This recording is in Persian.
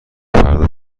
فردا